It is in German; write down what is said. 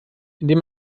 indem